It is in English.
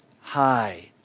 high